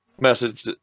message